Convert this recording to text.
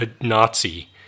Nazi